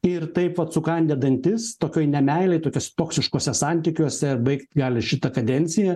ir taip vat sukandę dantis tokioj nemeilėj tokios toksiškuose santykiuose ir baigt gali šitą kadenciją